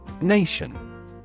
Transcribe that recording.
Nation